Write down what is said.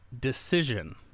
decision